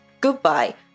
goodbye